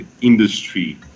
industry